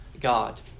God